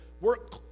work